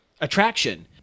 attraction